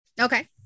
Okay